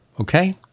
Okay